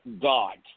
God